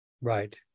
Right